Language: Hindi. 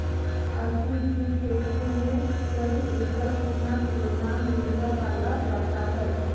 अलसी की खेती में प्रति एकड़ कितना किलोग्राम यूरिया डाला जाता है?